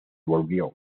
volvió